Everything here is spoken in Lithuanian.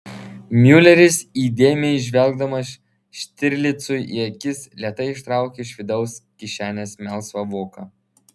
miuleris įdėmiai žvelgdamas štirlicui į akis lėtai ištraukė iš vidaus kišenės melsvą voką